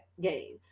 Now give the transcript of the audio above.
game